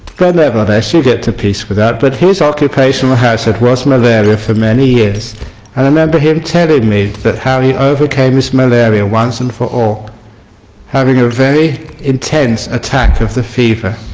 but nevertheless you get to peace with that. but his occupational hazard was malaria for many years and i remember him telling me how he overcame his malaria once and for all having a very intense attack of the fever